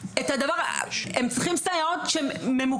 שצריכים את הדבר, הם צריכים סייעות ממוקצעות.